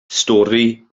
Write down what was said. stori